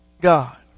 God